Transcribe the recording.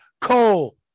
Cole